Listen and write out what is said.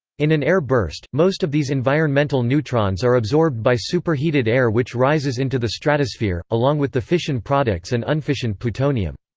in an air burst, most of these environmental neutrons are absorbed by superheated air which rises into the stratosphere, along with the fission products and unfissioned plutonium.